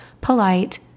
polite